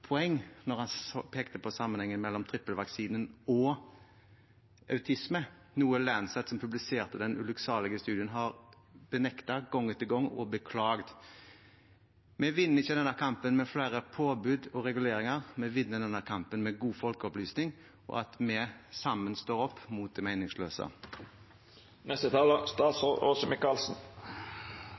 poeng når han pekte på sammenhengen mellom trippelvaksinen og autisme, noe Lancet, som publiserte den ulykksalige studien, har benektet gang etter gang og beklaget. Vi vinner ikke denne kampen med flere påbud og reguleringer. Vi vinner denne kampen med god folkeopplysning og ved at vi sammen står opp mot